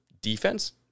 defense